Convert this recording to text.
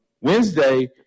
Wednesday –